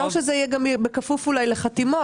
טוב שזה יהיה גם בכפוף אולי לחתימות,